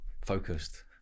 Focused